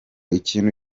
ikintu